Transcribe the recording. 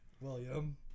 william